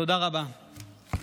תודה רבה.